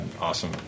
awesome